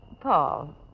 Paul